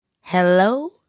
Hello